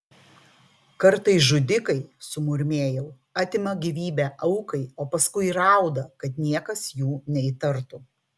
kartais žudikai sumurmėjau atima gyvybę aukai o paskui rauda kad niekas jų neįtartų